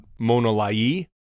Monolai